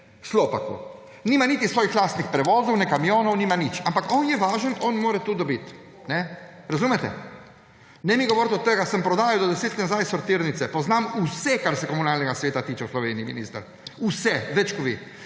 Slopaku. Nima niti svojih lastnih prevozov, ne kamionov, nima nič; ampak on je važen, on mora to dobiti. Razumete. Ne mi govoriti od tega, sem prodajal do 10 let nazaj sortirnice, poznam vse, kar se komunalnega sveta tiče v Sloveniji, minister, vse. Več kot vi.